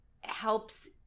helps –